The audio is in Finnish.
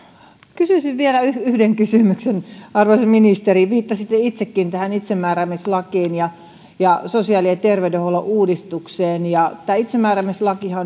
kysyisin vielä yhden kysymyksen arvoisa ministeri viittasitte itsekin tähän itsemääräämislakiin ja ja sosiaali ja terveydenhuollon uudistukseen tämä itsemääräämislakihan